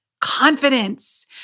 confidence